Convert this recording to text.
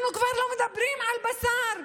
אנחנו כבר לא מדברים על בשר,